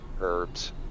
herbs